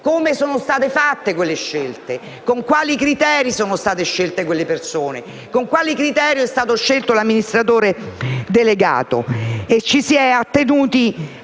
Come sono state fatte quelle scelte? Con quali criteri sono state scelte quelle persone? Con quali criteri è stato scelto l'amministratore delegato?